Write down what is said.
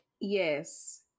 Yes